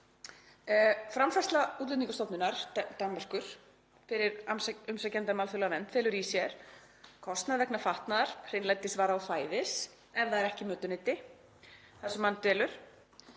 Framfærsla Útlendingastofnunar Danmerkur fyrir umsækjanda um alþjóðlega vernd felur í sér kostnað vegna fatnaðar, hreinlætisvara og fæðis, ef það er ekki mötuneyti þar sem hann dvelur